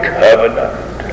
covenant